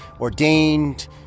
ordained